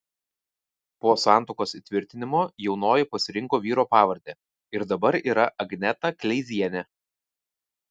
po santuokos įtvirtinimo jaunoji pasirinko vyro pavardę ir dabar yra agneta kleizienė